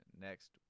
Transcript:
next